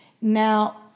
Now